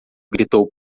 gritou